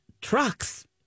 trucks